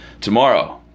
Tomorrow